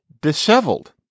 disheveled